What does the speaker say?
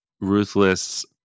ruthless